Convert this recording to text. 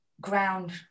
ground